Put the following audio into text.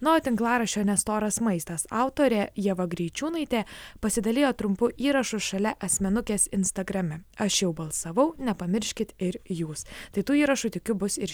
nuo tinklaraščio nestoras maistas autorė ieva greičiūnaitė pasidalijo trumpu įrašu šalia asmenukės instagrame aš jau balsavau nepamirškit ir jūs tų įrašų tikiu bus ir